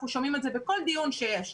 אנחנו שומעים את זה בכל דיון שיש,